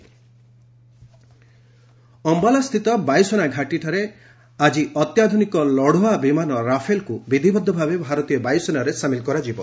Rafale ଅମ୍ଘାଲାସ୍ଥିତ ବାୟୁସେନା ଘାଟିଠାରେ ଆକି ଅତ୍ୟାଧୁନିକ ଲଢୁଆ ବିମାନ ରାଫେଲ୍କ୍ ବିଧିବଦ୍ଧ ଭାବେ ଭାରତୀୟ ବାୟସେନାରେ ସାମିଲ୍ କରାଯିବ